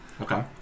Okay